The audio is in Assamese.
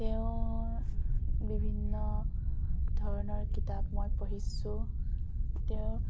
তেওঁৰ বিভিন্ন ধৰণৰ কিতাপ মই পঢ়িছোঁ তেওঁৰ